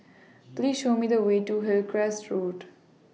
Please Show Me The Way to Hillcrest Road